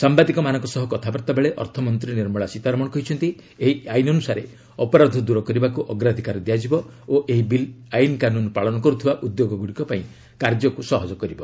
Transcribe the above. ସାମ୍ବାଦିକମାନଙ୍କ ସହ କଥାବାର୍ତ୍ତା ବେଳେ ଅର୍ଥମନ୍ତ୍ରୀ ନିର୍ମଳା ସୀତାରମଣ କହିଛନ୍ତି ଏହି ଆଇନ୍ ଅନୁସାରେ ଅପରାଧ ଦୂର କରିବାକୁ ଅଗ୍ରାଧିକାର ଦିଆଯିବ ଓ ଏହି ବିଲ୍ ଆଇନ୍କାନୁନ ପାଳନ କର୍ତ୍ରିଥିବା ଉଦ୍ୟୋଗଗୁଡ଼ିକ ପାଇଁ କାର୍ଯ୍ୟ ସହଜ କରିବ